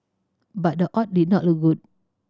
but the odd did not look good